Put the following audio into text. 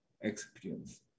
experience